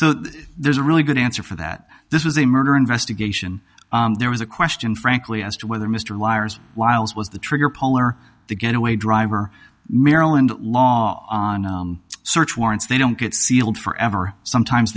so there's a really good answer for that this was a murder investigation there was a question frankly as to whether mr liar's wiles was the trigger pull or the getaway driver maryland law on search warrants they don't get sealed forever sometimes